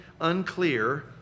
unclear